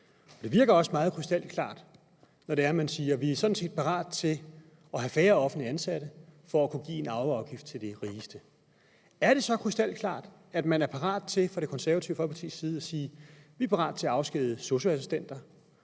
Det virker også meget krystalklart, når det er, man siger, at man sådan set er parat til at have færre offentlige ansatte, for at kunne fjerne arveafgiften for de rigeste. Er det så krystalklart, at man fra Det Konservative Folkepartis side er parat til at sige, at man vil afskedige SOSU-assistenter,